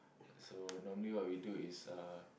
so normally what we do is uh